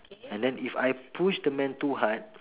and then if I push the man too hard